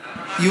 אבל,